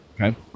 Okay